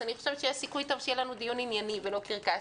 אז אני חושבת שיש סיכוי טוב שיהיה לנו דיון ענייני ולא קרקס.